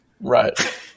Right